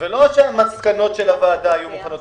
ולא עד שהמסקנות של הוועדה תהיינה מוכנות.